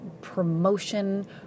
promotion